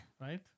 right